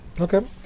Okay